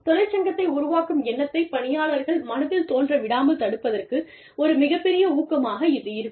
தொழிற்சங்கத்தை உருவாக்கும் எண்ணத்தை பணியாளர்கள் மனதில் தோன்ற விடாமல் தடுப்பதற்கு ஒரு மிகப்பெரிய ஊக்கமாக இது இருக்கும்